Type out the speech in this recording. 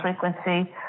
frequency